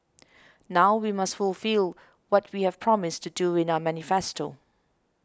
now we must fulfil what we have promised to do in our manifesto